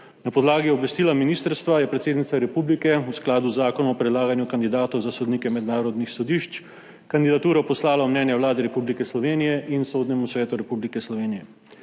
Na podlagi obvestila ministrstva je predsednica republike v skladu z Zakonom o predlaganju kandidatov iz Republike Slovenije za sodnike mednarodnih sodišč kandidaturo poslala v mnenje Vladi Republike Slovenije in Sodnemu svetu Republike Slovenije.